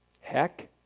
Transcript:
Heck